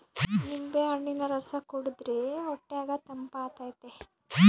ನಿಂಬೆಹಣ್ಣಿನ ರಸ ಕುಡಿರ್ದೆ ಹೊಟ್ಯಗ ತಂಪಾತತೆ